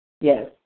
Yes